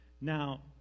Now